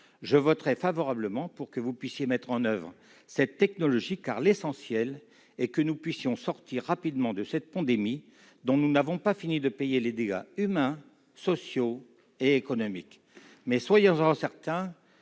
je voterai en faveur de la mise en oeuvre de cette technologie, car l'essentiel est que nous puissions sortir rapidement de cette pandémie dont nous n'avons pas fini de payer les dégâts humains, sociaux et économiques. Soyez toutefois certain